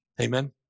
Amen